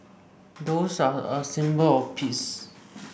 doves are a symbol of peace